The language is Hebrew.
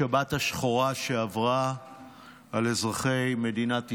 השבת השחורה שעברה על אזרחי מדינת ישראל,